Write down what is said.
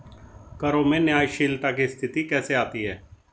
करों में न्यायशीलता की स्थिति कैसे आती है?